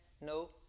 no